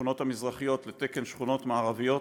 השכונות המזרחיות שיהיו בתקן השכונות המערביות,